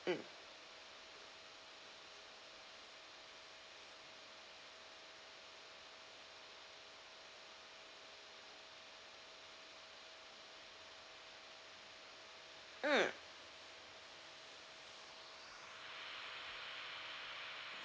mm mm